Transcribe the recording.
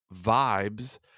vibes